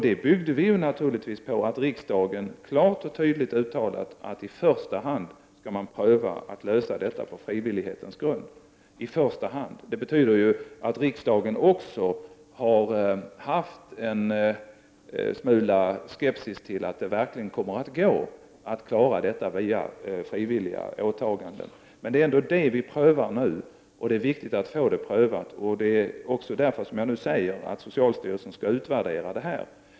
Vi byggde naturligtvis då på att riksdagen klart och tydligt uttalat att vi i första hand skall försöka lösa detta på frivillighetens grund. Att det ”i första hand ” skall ske på frivillig väg betyder ju att också riksdagen har haft en smula skepsis inför att detta verkligen kan klaras via frivilliga åtaganden. Detta är emellertid vad vi nu prövar, och det är också viktigt att få saken prövad. Det är också därför jag nu säger att socialstyrelsen skall utvärdera detta.